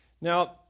Now